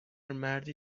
مردی